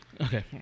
Okay